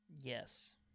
Yes